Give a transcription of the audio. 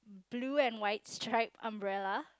blue and white stripe umbrella